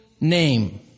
name